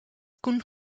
koen